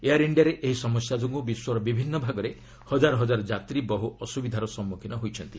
air ଇଣ୍ଡିଆରେ ଏହି ସମସ୍ୟା ଯୋଗୁଁ ବିଶ୍ୱର ବିଭିନ୍ନ ଭାଗରେ ହକାର ହଜାର ଯାତ୍ରୀ ବହୁ ଅସୁବିଧାର ସମ୍ମୁଖୀନ ହୋଇଛନ୍ତି